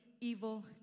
evil